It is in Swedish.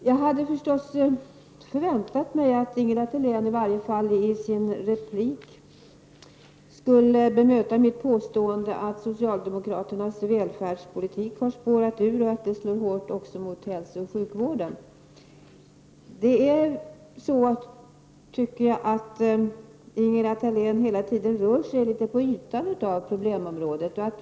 Jag hade förstås förväntat mig att Ingela Thalén i varje fall i sin replik skulle bemöta mitt påstående att socialdemokraternas välfärdspolitik har spårat ur och att det slår hårt också mot hälsooch sjukvården. Ingela Thalén rör sig, tycker jag, hela tiden litet på ytan av problemområdet.